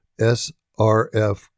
SRF